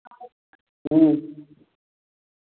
ह्म्म